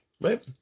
Right